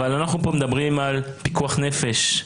אבל אנחנו פה מדברים על פיקוח נפש.